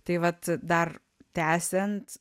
tai vat dar tęsiant